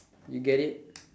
you get it